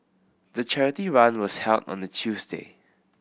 the charity run was held on a Tuesday